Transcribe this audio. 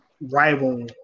rival